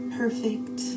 perfect